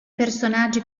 personaggi